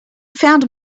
found